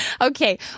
Okay